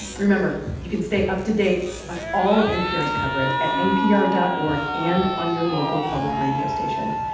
remember, you can stay up to date on all of npr's coverage at npr dot org and on your local public radio station.